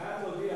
אתה חייב להודיע.